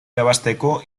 irabazteko